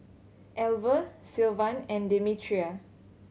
Alver Sylvan and Demetria